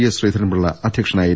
S Sreedharan Pillai അധ്യക്ഷനായിരുന്നു